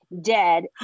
dead